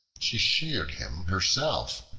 she sheared him herself,